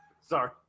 Sorry